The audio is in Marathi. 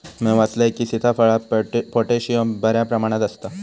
म्या वाचलंय की, सीताफळात पोटॅशियम बऱ्या प्रमाणात आसता